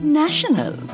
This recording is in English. national